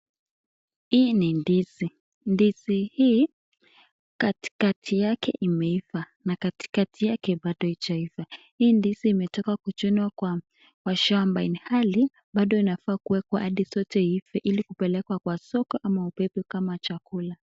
Hii ni ndizi. Ndizi hii katikati yake imeiva na katikati yake bado haijaiva. Hii ndizi imetoka kuchunwa kwa shamba ilhali bado inafaa kuekwa ili zote iive ili kupelekwe kwa soko ama ubebe kama chakula.